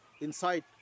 inside